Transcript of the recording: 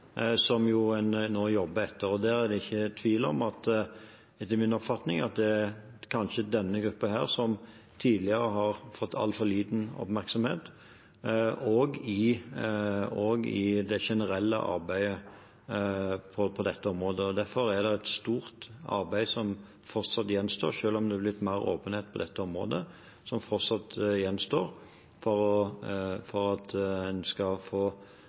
en nå jobber etter. Det er ikke tvil om – etter min oppfatning – at denne gruppen tidligere har fått altfor liten oppmerksomhet, også i det generelle arbeidet på dette området. Selv om det har blitt mer åpenhet på dette området, er det et stort arbeid som fortsatt gjenstår for at en skal unngå den uhelsen og den psykiske belastningen det representerer å bli utsatt for hets og vold, som